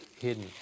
hidden